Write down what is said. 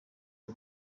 n’u